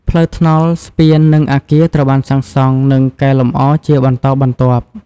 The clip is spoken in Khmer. ផ្លូវថ្នល់ ស្ពាន និងអគារត្រូវបានសាងសង់និងកែលម្អជាបន្តបន្ទាប់។